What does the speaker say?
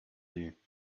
you